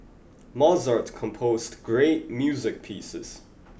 Mozart composed great music pieces